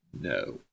No